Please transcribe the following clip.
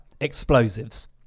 Explosives